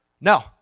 No